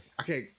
Okay